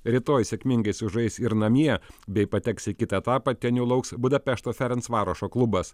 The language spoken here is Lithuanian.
rytoj sėkmingai sužais ir namie bei pateks į kitą etapą ten jų lauks budapešto ferencvarošo klubas